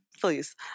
Please